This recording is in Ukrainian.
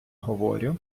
говорю